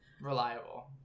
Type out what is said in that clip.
Reliable